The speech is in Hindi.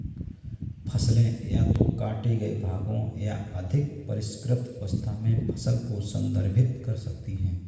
फसलें या तो काटे गए भागों या अधिक परिष्कृत अवस्था में फसल को संदर्भित कर सकती हैं